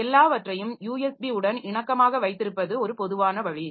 எல்லாவற்றையும் யூஎஸ்பி உடன் இணக்கமாக வைத்திருப்பது ஒரு பொதுவான வழி